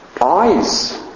Eyes